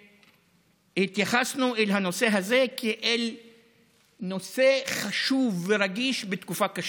התייחסנו אל הנושא הזה כאל נושא חשוב ורגיש בתקופה קשה.